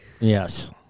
Yes